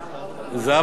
זהבה גלאון,